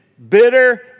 Bitter